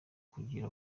kugira